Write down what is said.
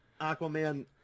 Aquaman